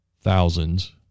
thousands